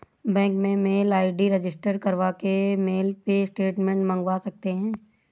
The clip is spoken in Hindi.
बैंक में मेल आई.डी रजिस्टर करवा के मेल पे स्टेटमेंट मंगवा सकते है